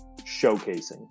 showcasing